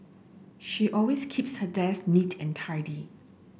she always keeps her desk neat and tidy